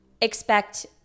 expect